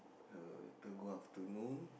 uh later go afternoon